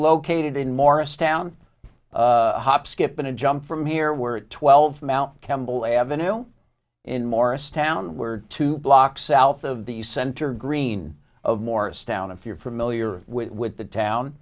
located in morristown a hop skip and a jump from here we're at twelve mt campbell avenue in morristown we're two blocks south of the center green of morristown if you're familiar with the town